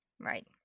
Right